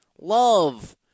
Love